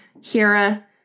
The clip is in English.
Hera